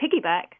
piggyback